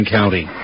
County